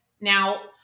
now